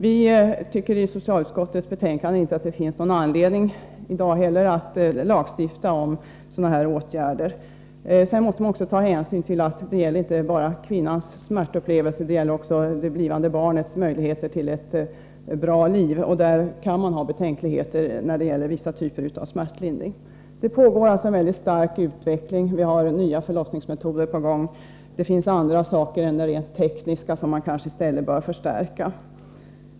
Vi säger i utskottsbetänkandet att det inte heller i dag finns någon anledning att lagstifta om sådana här åtgärder. Man måste också ta hänsyn till att det inte bara gäller kvinnans smärtupplevelser — det gäller också det blivande barnets möjligheter till ett bra liv, och där kan man ha betänkligheter när det gäller vissa typer av smärtlindring. Det pågår alltså en mycket snabb utveckling. Vi har nya förlossningsmetoder på gång, och det finns andra saker än rent tekniska som man kanske i stället bör utveckla.